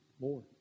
More